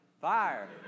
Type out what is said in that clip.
fire